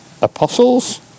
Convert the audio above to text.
apostles